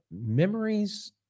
memories